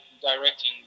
directing